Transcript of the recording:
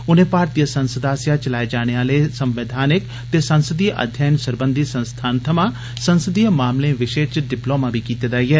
उने भारतीय संसद आस्सेआ चलाए जाने आले संवैधानिक ते संसदीय अध्य्यन सरबंधी संस्थान थमा संसदीय मामले विषय च डिप्लोमा बी कीते दा ऐ